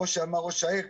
כמו שאמר ראש העיר,